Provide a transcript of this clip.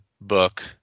book